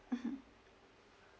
mmhmm